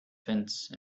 fence